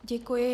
Děkuji.